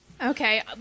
Okay